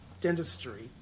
dentistry